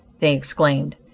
they exclaimed.